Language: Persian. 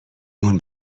اون